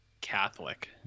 Catholic